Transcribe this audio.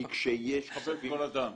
מכבד כל אדם.